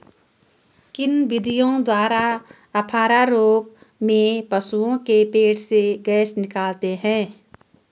किन विधियों द्वारा अफारा रोग में पशुओं के पेट से गैस निकालते हैं?